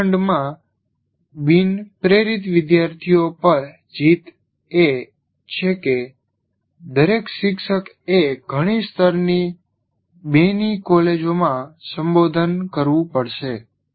વર્ગખંડમાં બિન પ્રેરિત વિદ્યાર્થીઓ પર જીત એ છે કે દરેક શિક્ષકએ ઘણી સ્તરની બેની કોલેજોમાં સંબોધન કરવું પડશે